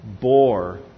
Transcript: bore